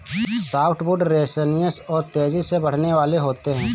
softwood resinous और तेजी से बढ़ने वाले होते हैं